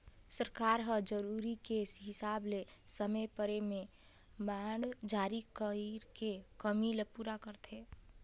सरकार ह जरूरत के हिसाब ले समे परे में बांड जारी कइर के कमी ल पूरा करथे